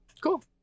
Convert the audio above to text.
Cool